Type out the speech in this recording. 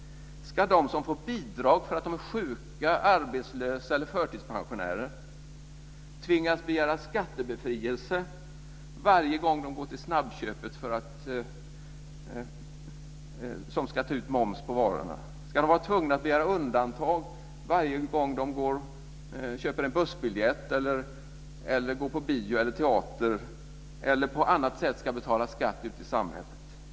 Ska de som får bidrag därför att de är sjuka, arbetslösa eller förtidspensionerade tvingas begära skattebefrielse varje gång de går till snabbköpet, som ju ska ta ut moms på varorna? Ska de vara tvungna att begära undantag varje gång de köper en bussbiljett, går på bio eller teater eller på annat sätt ska betala skatt ute i samhället?